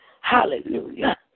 Hallelujah